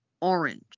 orange